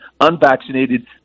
unvaccinated